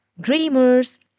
Dreamers